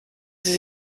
sie